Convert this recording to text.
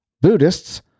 Buddhists